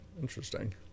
Interesting